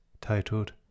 titled